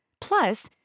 Plus